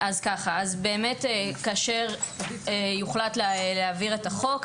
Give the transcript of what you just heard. כאשר יוחלט להעביר את החוק,